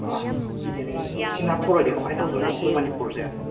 ꯑꯥꯁ ꯀꯤꯖꯩꯌꯦ ꯑꯁꯤ ꯑꯁꯤ ꯅꯥꯟꯊꯣꯔꯛꯂꯗꯤ ꯀꯃꯥꯏꯅ ꯇꯧꯗꯣꯏꯅꯣ ꯑꯩꯈꯣꯏ ꯃꯅꯤꯄꯨꯔꯁꯦ